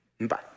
Bye